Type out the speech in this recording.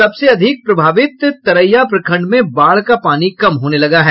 सबसे अधिक प्रभावित तरैया प्रखंड में बाढ़ का पानी कम होने लगा है